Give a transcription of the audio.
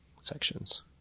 sections